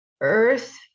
Earth